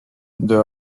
there